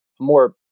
more